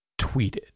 tweeted